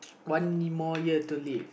one more year to live